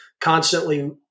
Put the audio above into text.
constantly